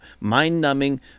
mind-numbing